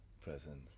present